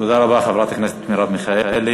תודה רבה לחברת הכנסת מרב מיכאלי.